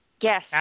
Yes